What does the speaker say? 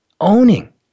owning